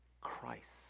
Christ